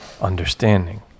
understanding